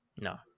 no